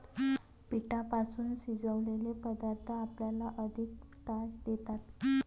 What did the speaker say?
पिठापासून शिजवलेले पदार्थ आपल्याला अधिक स्टार्च देतात